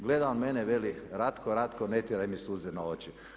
Gleda on mene, veli Ratko, Ratko ne tjeraj mi suze na oči.